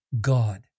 God